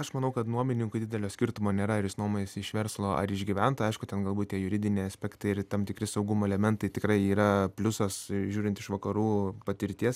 aš manau kad nuomininkui didelio skirtumo nėra ar jis nuomojasi iš verslo ar iš gyventojo aišku ten galbūt tie juridiniai aspektai ir tam tikri saugumo elementai tikrai yra pliusas žiūrint iš vakarų patirties